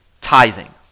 tithing